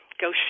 Go